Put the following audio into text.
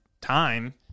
time